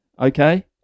okay